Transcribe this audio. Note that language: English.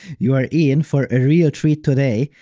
you're in for a real treat today,